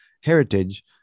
heritage